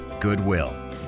Goodwill